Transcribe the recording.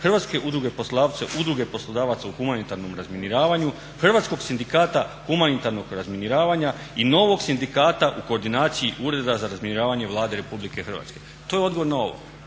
Hrvatske udruge poslodavaca, Udruge poslodavaca u humanitarnom razminiravanju, Hrvatskog sindikata humanitarnog razminiravanja i novog sindikata u koordinaciji Ureda za razminiravanje Vlade RH. To je odgovor na ovo.